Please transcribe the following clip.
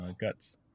Guts